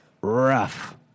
rough